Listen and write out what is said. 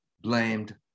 blamed